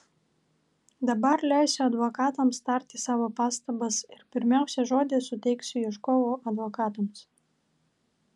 dabar leisiu advokatams tarti savo pastabas ir pirmiausia žodį suteiksiu ieškovų advokatams